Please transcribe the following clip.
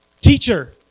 Teacher